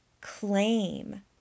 claim